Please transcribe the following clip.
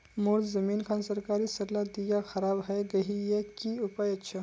मोर जमीन खान सरकारी सरला दीया खराब है गहिये की उपाय अच्छा?